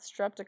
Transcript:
streptococcus